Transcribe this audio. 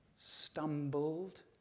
stumbled